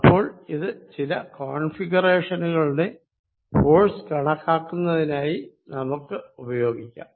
അപ്പോൾ ഇത് ചില കോൺഫിഗറേഷനുകളുടെ ഫോഴ്സ് കണക്കാക്കുന്നതിനായി നമുക്ക് ഉപയോഗിക്കാം